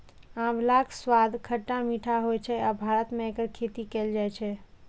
आंवलाक स्वाद खट्टा मीठा होइ छै आ भारत मे एकर खेती कैल जाइ छै